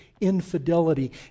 infidelity